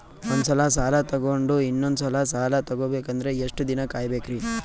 ಒಂದ್ಸಲ ಸಾಲ ತಗೊಂಡು ಇನ್ನೊಂದ್ ಸಲ ಸಾಲ ತಗೊಬೇಕಂದ್ರೆ ಎಷ್ಟ್ ದಿನ ಕಾಯ್ಬೇಕ್ರಿ?